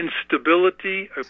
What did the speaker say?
instability